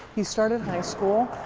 he started high school,